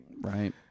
Right